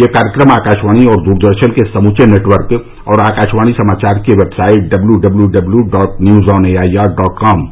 यह कार्यक्रम आकाशवाणी और दूरदर्शन के समूचे नेटवर्क और आकाशवाणी समाचार की website W W W dot news on A I R dot com